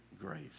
grace